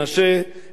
אפרת,